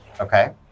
Okay